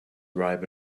ripe